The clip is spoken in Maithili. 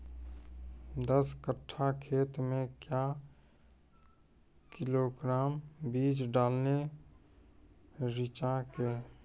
दस कट्ठा खेत मे क्या किलोग्राम बीज डालने रिचा के?